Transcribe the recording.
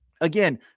again